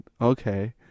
Okay